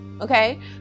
okay